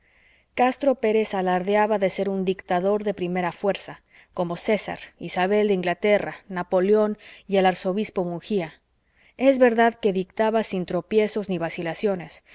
castro pérez alardeaba de ser un dictador de primera fuerza como césar isabel de inglaterra napoleón y el arzobispo munguía es verdad que dictaba sin tropiezos ni vacilaciones